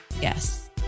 Yes